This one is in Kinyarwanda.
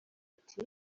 ati